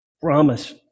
promise